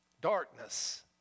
Darkness